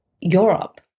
Europe